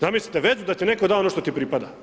Zamislite, vezu da ti netko da ono što ti pripada.